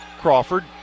Crawford